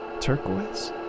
Turquoise